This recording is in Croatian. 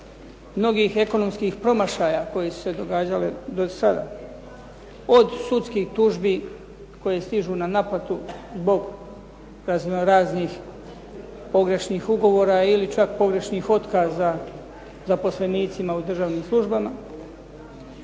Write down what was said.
mnogih ekonomskih promašaja koji su se događali do sada, od sudskih tužbi koje stižu na naplatu zbog razno raznih pogrešnih ugovora ili čak pogrešnih otkaza zaposlenicima u državnim službama,